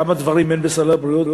כמה דברים אין בסל הבריאות?